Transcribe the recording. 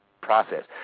process